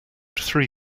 three